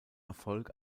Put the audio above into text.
erfolg